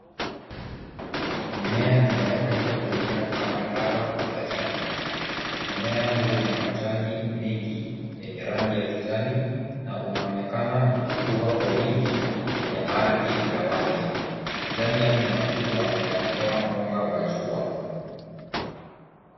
Mimea inayoweza kutumika kama dawa za jadi. Mmea huu una majani mengi yenye rangi ya kijani na unaonekana kukua kwa wingi kwenye ardhi ya wazi. Majani yake ni makubwa na yanatoa mwanga wa jua.